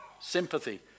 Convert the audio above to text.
sympathy